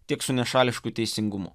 tiek su nešališku teisingumu